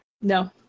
No